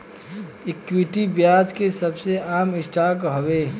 equity, ब्याज के सबसे आम स्टॉक हवे